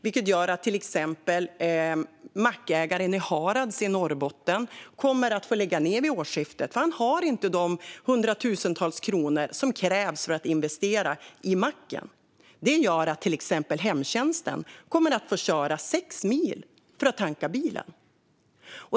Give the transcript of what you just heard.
Det gör att till exempel mackägaren i Harads i Norrbotten kommer att få lägga ned vid årsskiftet. Han har inte de hundratusentals kronor som krävs för att investera i macken. Det gör att till exempel hemtjänsten kommer att få köra sex mil för att tanka bilen.